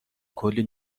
کلی